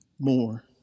more